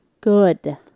Good